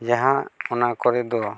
ᱡᱟᱦᱟᱸ ᱚᱱᱟ ᱠᱚᱨᱮ ᱫᱚ